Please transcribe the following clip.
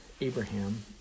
Abraham